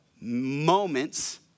moments